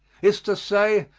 is to say,